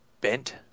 bent